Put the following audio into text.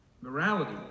Morality